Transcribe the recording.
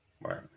Right